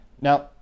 Now